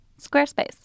Squarespace